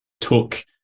took